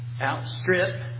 outstrip